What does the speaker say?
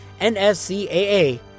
NSCAA